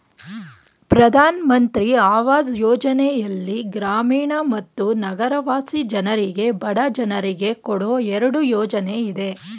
ಪ್ರಧಾನ್ ಮಂತ್ರಿ ಅವಾಜ್ ಯೋಜನೆಯಲ್ಲಿ ಗ್ರಾಮೀಣ ಮತ್ತು ನಗರವಾಸಿ ಜನರಿಗೆ ಬಡ ಜನರಿಗೆ ಕೊಡೋ ಎರಡು ಯೋಜನೆ ಇದೆ